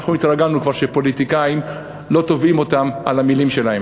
אנחנו התרגלנו כבר שפוליטיקאים לא תובעים אותם על המילים שלהם.